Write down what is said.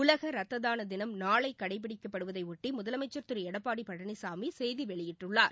உலக ரத்ததான தினம் நாளை கடைபிடிக்கப்படுவதையொட்டி முதலமைச்சர் திரு எடப்பாடி பழனிசாமி செய்தி வெளியிட்டுள்ளார்